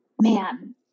man